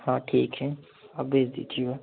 हाँ ठीक है आप भेज़ दीजिएगा